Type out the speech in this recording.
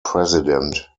president